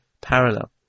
parallel